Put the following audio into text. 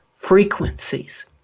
frequencies